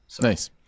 Nice